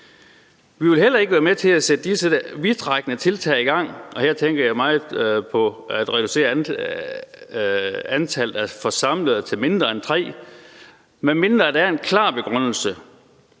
Vi vil heller ikke være med til at sætte disse vidtrækkende tiltag i gang – her tænker jeg meget på at reducere antallet af forsamlede til mindre end tre – medmindre der er en klar begrundelse.